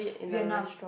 Vietnam